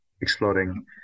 exploding